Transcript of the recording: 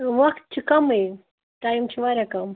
تہٕ وقت چھُ کَمٕے ٹایم چھِ واریاہ کَم